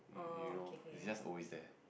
you you know it's just always there